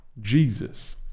Jesus